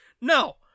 No